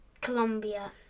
Colombia